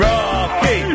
Rocky